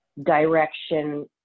direction